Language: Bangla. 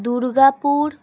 দুর্গাপুর